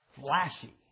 flashy